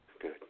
Good